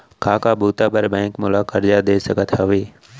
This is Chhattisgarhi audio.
का का बुता बर बैंक मोला करजा दे सकत हवे?